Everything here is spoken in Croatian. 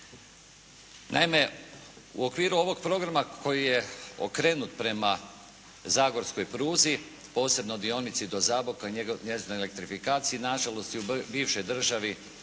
Naime u okviru ovog programa koji je okrenut prema zagorskoj pruzi posebno dionici do Zaboka, njezinoj elektrifikaciji nažalost i u toj bivšoj državi,